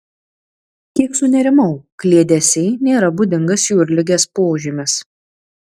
kiek sunerimau kliedesiai nėra būdingas jūrligės požymis